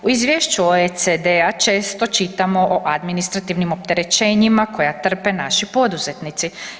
U Izvješću OECD-a često čitamo o administrativnim opterećenjima koja trpe naši poduzetnici.